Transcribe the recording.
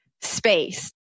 space